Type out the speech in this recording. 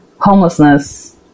homelessness